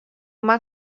uma